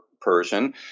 Persian